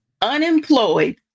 unemployed